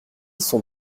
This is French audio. sont